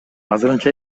азырынча